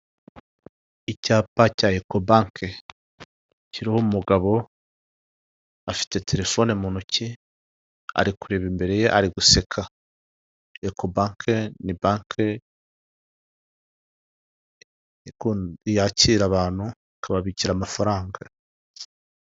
Icyapa cya ekobanke kiriho umugabo, afite telefone mu ntoki, ari kureba imbere ye ari guseka. eko banke ni banke yakira abantu, ikababikira amafaranga.